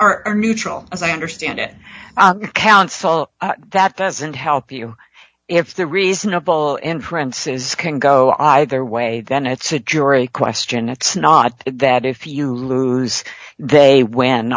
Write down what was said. are neutral as i understand it counsel that doesn't help you if the reasonable inferences can go either way then it's a jury question it's not that if you lose they win